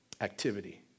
activity